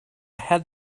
had